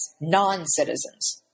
non-citizens